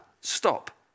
Stop